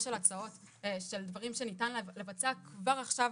של הצעות של דברים שניתן לבצע כבר עכשיו,